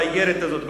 באיגרת הזאת,